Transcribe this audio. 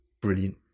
brilliant